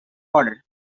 order